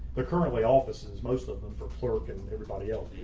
the currently offices, most of them for clerk and everybody else